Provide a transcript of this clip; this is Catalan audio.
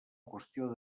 qüestió